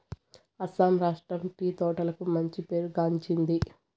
అస్సాం రాష్ట్రం టీ తోటలకు మంచి పేరు గాంచింది